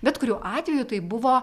bet kuriuo atveju tai buvo